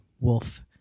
wolf